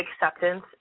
acceptance